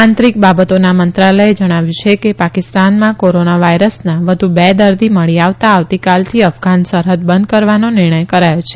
આંતરીક બાબતોના મંત્રાલયે જણાવ્યું છે કે ાકિસ્તાનમાં કોરોના વાયરસના વધુ બે દર્દી મળી આવતાં આવતીકાલથી અફઘાન સરફદ બંધ કરવાનો નિર્ણથ કરાયો છે